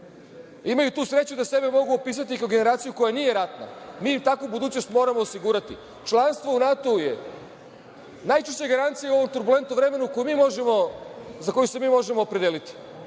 imaju tu sreću da sebe mogu opisati kao generaciju koja nije ratna. Mi takvu budućnost moramo osigurati. Članstvo u NATO-u je najčešća garancija u ovom turbulentnom vremenu, za koje se mi možemo opredeliti.